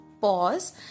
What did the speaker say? pause